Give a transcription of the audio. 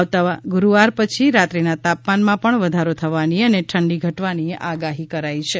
આવતા ગુરૂવાર પછી રાત્રીના તાપમાનમાં પણ વધારો થવાની અને ઠંડી ઘટવાની આગાહી કરાઇ છે